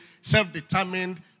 self-determined